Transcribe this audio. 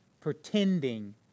pretending